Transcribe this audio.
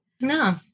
No